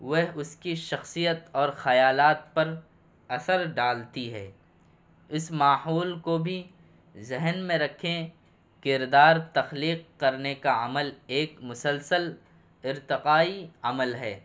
وہ اس کی شخصیت اور خیالات پر اثر ڈالتی ہے اس ماحول کو بھی ذہن میں رکھیں کردار تخلیق کرنے کا عمل ایک مسلسل ارتقائی عمل ہے